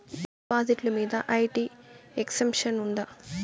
డిపాజిట్లు మీద IT exemption ఉందా?